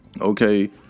okay